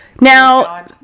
Now